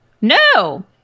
No